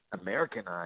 Americanized